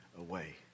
away